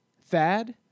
Thad